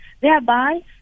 thereby